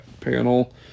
panel